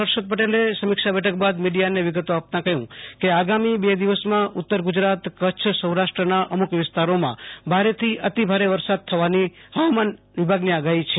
હર્ષદ પટેલે સમીક્ષા બેઠક બાદ મીડિયાને વિગતો આપતા કહ્યું કે આગામી બે દિવસમાં ઉત્તર ગુજરાત કચ્છ સૌરાષ્ટ્રના અમુક વિસ્તારમાં ભારેથી અતિભારે વરસાદ થવાની હવામાન વિભાગની આગાહી છે